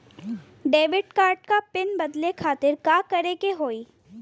Debit card क PIN बदले खातिर का करेके होई?